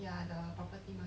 ya the property mah